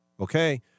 Okay